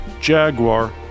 Jaguar